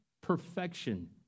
perfection